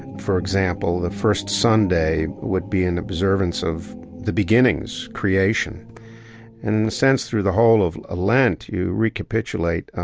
for example, the first sunday would be in observance of the beginnings, creation. and in a sense, through the whole of ah lent, you recapitulate